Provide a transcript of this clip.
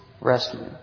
rescue